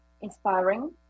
inspiring